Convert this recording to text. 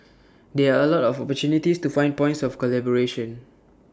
there are A lot of opportunities to find points of collaboration